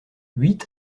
huit